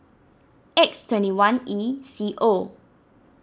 X twenty one E C O